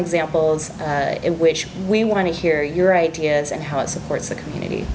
examples in which we want to hear your ideas and how it supports the community